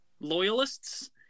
loyalists